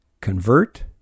Convert